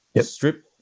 strip